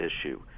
issue